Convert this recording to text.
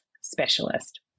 specialist